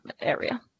area